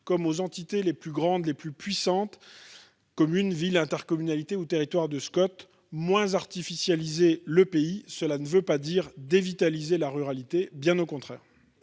comme aux entités les plus grandes, les plus puissantes : communes, villes, intercommunalités, régions ou territoires de Scot. Moins artificialiser le pays ne signifie pas dévitaliser la ruralité, bien au contraire